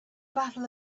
battle